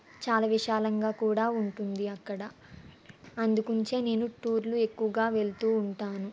చాలా విశాలంగా కూడా ఉంటుంది అక్కడ అందుకుంచే నేను టూర్లు ఎక్కువగా వెళుతూ ఉంటాను